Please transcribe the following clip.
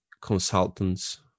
consultants